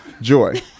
joy